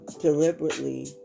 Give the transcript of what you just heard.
deliberately